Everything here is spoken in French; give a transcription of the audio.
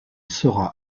saura